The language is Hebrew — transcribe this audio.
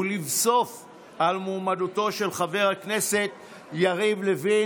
ולבסוף על מועמדתו של חבר הכנסת יריב לוין.